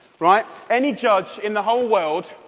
right, any judge in the whole world,